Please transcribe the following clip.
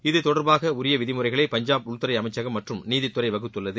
இத்தொடர்பாக உரிய விதிமுறைகளை பஞ்சாப் உள்துறை அமைச்சகம் மற்றம் நீதித்துறை வகுத்துள்ளது